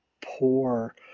poor